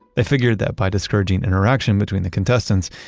they figured that by discouraging interaction between the contestants,